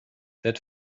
that